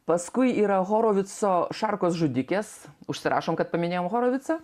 paskui yra horovico šarkos žudikės užsirašom kad paminėjom horovicą